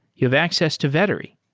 you have access to vettery.